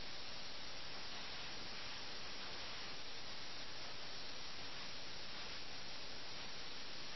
അതിനാൽ അവൾ അക്കാര്യത്തിൽ ഒരു ആലങ്കാരിക തടവുകാരി കൂടിയാണ് മറ്റേ ഭാര്യ അതായത് മിറിന്റെ ഭാര്യയും അവളുടെ അവിഹിത ബന്ധത്തിൽ തടവുകാരിയാണ്